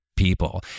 people